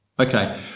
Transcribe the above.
Okay